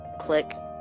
click